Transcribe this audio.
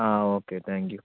ആ okay thank you